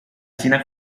china